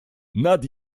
nad